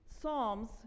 Psalms